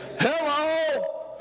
Hello